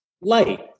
light